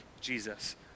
Jesus